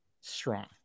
strong